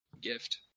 gift